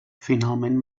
finalment